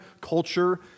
culture